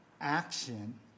action